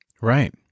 Right